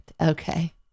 Okay